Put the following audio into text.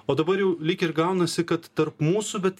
o dabar jau lyg ir gaunasi kad tarp mūsų bet